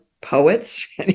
Poets